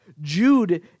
Jude